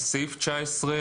לפי העניין"; הסעיף הזה,